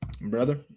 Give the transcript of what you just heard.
Brother